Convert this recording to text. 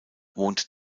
wohnt